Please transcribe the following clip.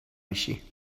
میشی